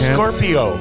Scorpio